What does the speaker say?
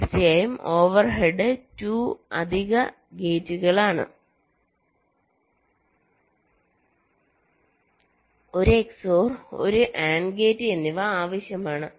തീർച്ചയായും ഓവർഹെഡ് 2 അധിക ഗേറ്റുകളാണ് ഒരു XOR ഒരു AND ഗേറ്റ് എന്നിവ ആവശ്യമാണ്